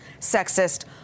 sexist